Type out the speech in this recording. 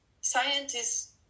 scientists